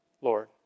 Lord